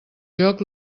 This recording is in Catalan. joc